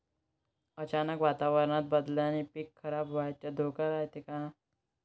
अचानक वातावरण बदलल्यानं पीक खराब व्हाचा धोका रायते का?